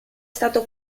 stato